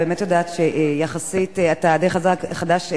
אני באמת יודעת שיחסית אתה די חדש במשרד,